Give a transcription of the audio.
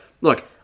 look